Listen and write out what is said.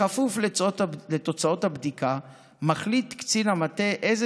בכפוף לתוצאות הבדיקה מחליט קצין המטה אילו